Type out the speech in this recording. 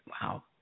wow